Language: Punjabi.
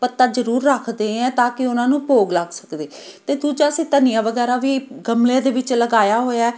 ਪੱਤਾ ਜ਼ਰੂਰ ਰੱਖਦੇ ਹੈ ਤਾਂ ਕਿ ਉਹਨਾਂ ਨੂੰ ਭੋਗ ਲੱਗ ਸਕਦੇ ਅਤੇ ਦੂਜਾ ਅਸੀਂ ਧਨੀਆਂ ਵਗੈਰਾ ਵੀ ਗਮਲੇ ਦੇ ਵਿੱਚ ਲਗਾਇਆ ਹੋਇਆ